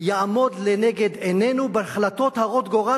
יעמוד לנגד עינינו בהחלטות הרות גורל,